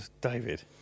David